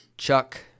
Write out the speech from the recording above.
Chuck